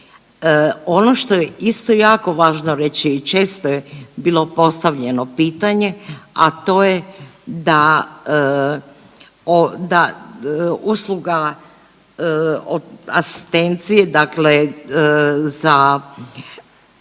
Ono što je isto jako važno reći i često je bilo postavljeno pitanje, a to je da, da usluga asistencije, dakle